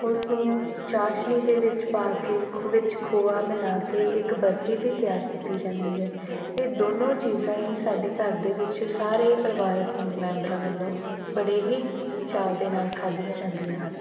ਉਸ ਨੂੰ ਚਾਸ਼ਨੀ ਦੇ ਵਿੱਚ ਪਾ ਕੇ ਖੋ ਵਿੱਚ ਖੋਆ ਮਿਲਾ ਕੇ ਇੱਕ ਬਰਫ਼ੀ ਵੀ ਤਿਆਰ ਕੀਤੀ ਜਾਂਦੀ ਹੈ ਇਹ ਦੋਨੋਂ ਚੀਜ਼ਾਂ ਹੀ ਸਾਡੇ ਘਰ ਦੇ ਵਿੱਚ ਸਾਰੇ ਪਰਿਵਾਰਿਕ ਮ ਮੈਂਬਰਾਂ ਵੱਲੋਂ ਬੜੇ ਹੀ ਚਾਅ ਦੇ ਨਾਲ ਖਾਧੀਆਂ ਜਾਂਦੀਆਂ ਹਨ